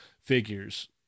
figures